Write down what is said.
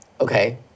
Okay